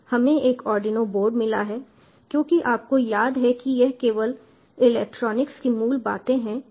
हमें एक Arduino board मिला है क्योंकि आपको याद है कि ये केवल इलेक्ट्रॉनिक्स की मूल बातें हैं